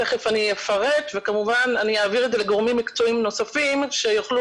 אני אפרט את זה ואעביר לגורמים מקצועיים נוספים שיוכלו